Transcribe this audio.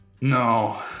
no